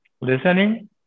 listening